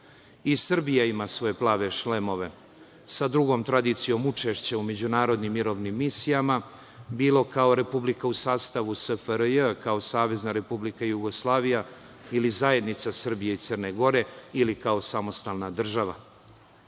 i Srbija ima svoje plave šlemove, sa dugom tradicijom učešća u međunarodnim mirovnim misijama bilo kao Republika u sastavu SFRJ, kao SRJ ili Zajednica Srbije i Crne Gore ili kao samostalna država. Prva